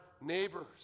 neighbors